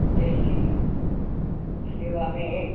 देश की सेवा में हैं